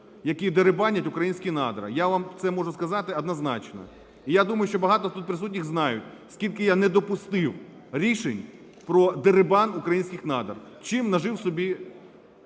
які дерибанять українські надра, я вам це можу сказати однозначно. І я думаю, що багато з тут присутніх знають, скільки я не допустив рішень про дерибан українських надр, чим нажив собі